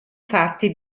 fatti